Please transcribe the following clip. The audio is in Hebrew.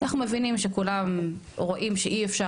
אנחנו מבינים שכולם רואים שאי אפשר